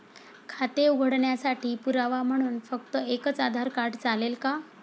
खाते उघडण्यासाठी पुरावा म्हणून फक्त एकच आधार कार्ड चालेल का?